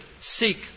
seek